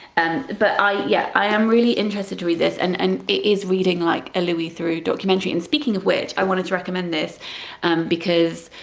and but i yeah i am really interested to read this and and it is reading like a louis theroux documentary and speaking of which i wanted to recommend this because